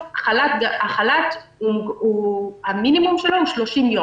המינימום של החל"ת הוא 30 ימים.